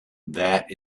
that